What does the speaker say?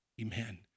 Amen